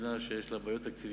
במדינה שיש לה בעיות תקציביות,